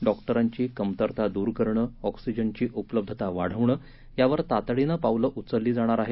डॉक्टरांची कमतरता दूर करण एक्सिजनची उपलब्धता वाढवणं यावर तातडीनं पावलं उचलली जाणार आहेत